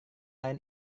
lain